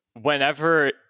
whenever